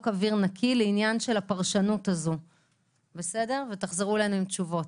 אוויר נקי לעניין של הפרשנות הזו ותחזרו אלינו עם תשובות.